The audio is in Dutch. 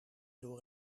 door